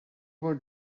was